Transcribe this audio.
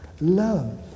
love